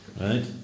right